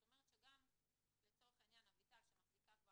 זאת אומרת שגם אביטל בר שמחזיקה כבר